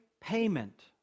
payment